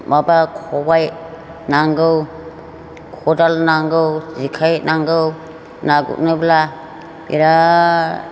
माबा खबाइ नांगौ खदाल नांगौ जेखाइ नांगौ ना गुथनोब्ला बेराद